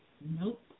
nope